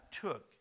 took